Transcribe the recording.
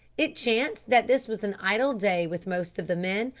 it chanced that this was an idle day with most of the men,